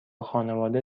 خانواده